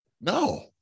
No